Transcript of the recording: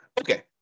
Okay